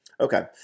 Okay